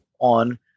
on